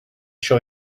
show